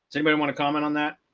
so but i want to comment on that.